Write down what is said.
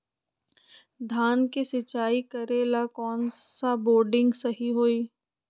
धान के सिचाई करे ला कौन सा बोर्डिंग सही होई?